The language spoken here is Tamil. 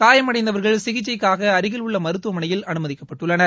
காயமடைந்தவர்கள் சிகிச்சைக்காக அருகில் உள்ள மருத்துவமனையில் அனுமதிக்கப்பட்டுள்ளனர்